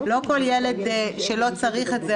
לא כל ילד שלא צריך את זה,